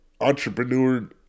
entrepreneur